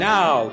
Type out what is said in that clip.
now